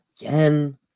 again